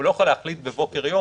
הוא לא יכול להחליט בבוקרו של יום,